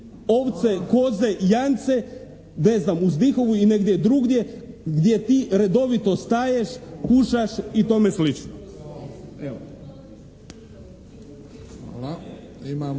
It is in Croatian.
ovce, koze, janjce …/Govornik se ne razumije./… i negdje drugdje gdje ti redovito staješ, kušaš i tome slično.